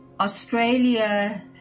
Australia